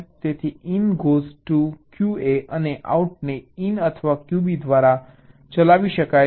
તેથી in goes to QA અને આઉટને ઇન અથવા QB દ્વારા ચલાવી શકાય છે